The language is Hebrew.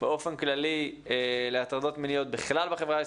באופן כללי להטרדות מיניות בכלל בחברה,